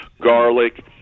garlic